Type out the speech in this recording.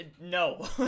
no